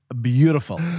beautiful